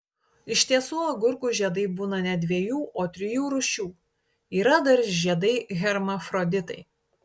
iš tiesų agurkų žiedai būna ne dviejų o trijų rūšių yra dar ir žiedai hermafroditai